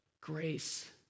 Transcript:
grace